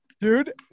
dude